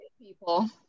people